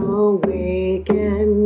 awaken